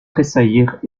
tressaillirent